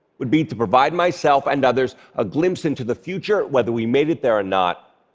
would be to provide myself and others a glimpse into the future, whether we made it there or not.